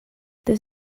this